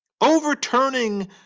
Overturning